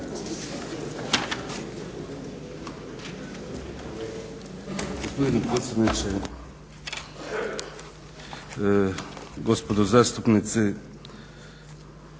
Gospodine predsjedniče, gospodo zastupnici.